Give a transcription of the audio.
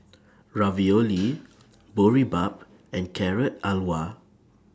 Ravioli Boribap and Carrot Halwa